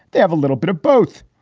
they have a little bit of both.